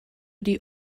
die